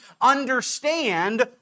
understand